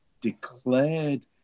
declared